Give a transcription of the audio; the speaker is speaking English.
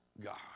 God